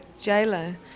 jailer